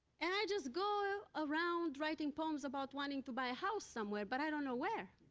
and i just go around writing poems about wanting to buy a house somewhere, but i don't know where.